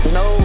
no